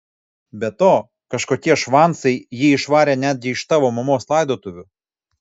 be to kažkokie švancai jį išvarė netgi iš tavo mamos laidotuvių